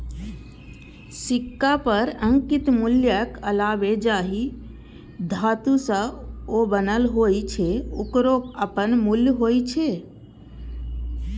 सिक्का पर अंकित मूल्यक अलावे जाहि धातु सं ओ बनल होइ छै, ओकरो अपन मूल्य होइ छै